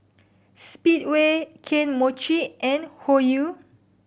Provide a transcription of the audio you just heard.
speedway Kane Mochi and Hoyu